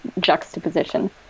juxtaposition